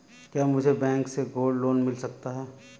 क्या मुझे बैंक से गोल्ड लोंन मिल सकता है?